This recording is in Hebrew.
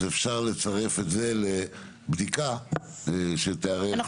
אז אפשר לצרף את זה לבדיקה שתיערך --- אנחנו